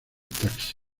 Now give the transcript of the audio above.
taxi